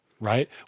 right